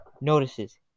notices